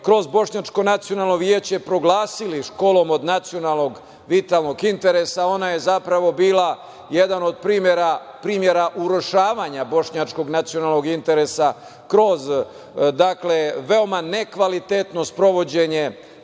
kroz Bošnjačko nacionalno veće proglasili školom od nacionalnog vitalnog interesa, ona je zapravo bila jedan od primera urušavanja bošnjačkog nacionalnog interesa, kroz veoma nekvalitetno sprovođenje